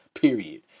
Period